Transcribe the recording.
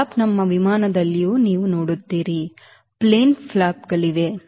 flops ನಮ್ಮ ವಿಮಾನದಲ್ಲಿಯೂ ನೀವು ನೋಡುತ್ತೀರಿ ಪ್ಲೇನ್ ಫ್ಲಾಪ್ಗಳಿವೆ